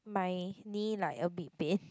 my knee like a bit pain